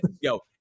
yo